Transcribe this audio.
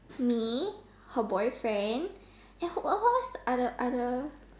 me her boyfriend and what what's other other